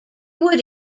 would